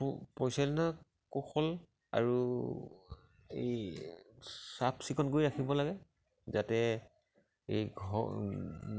পৰিচালনা কৌশল আৰু এই চাফচিকুণ কৰি ৰাখিব লাগে যাতে এই ঘৰ